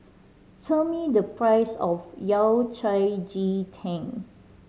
tell me the price of Yao Cai ji tang